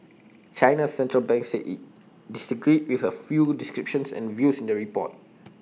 China's Central Bank said IT disagreed with A few descriptions and views in the report